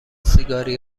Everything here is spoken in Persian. سیگاری